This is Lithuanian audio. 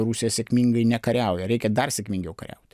rusija sėkmingai nekariauja reikia dar sėkmingiau kariauti